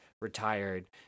retired